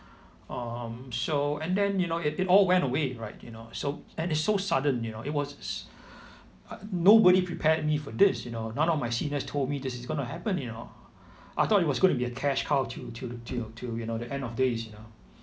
um so and then you know it it all went away right you know so and it so sudden you know it was s~ nobody prepared me for this you know none of my seniors told me this is gonna happen you know I thought it was gonna be a cash cow till till the till till you know the end of days you know